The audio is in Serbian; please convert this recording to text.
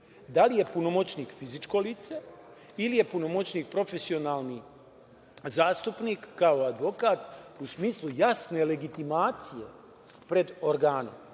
Da li je punomoćnik fizičko lice ili je punomoćnik profesionalni zastupnik kao advokat u smislu jasne legitimacije pred organom.Zašto?